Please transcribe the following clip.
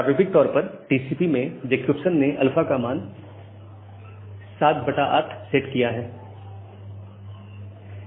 प्रारूपिक तौर पर टीसीपी में जकोब्सन ने α का मान ⅞ सेट किया है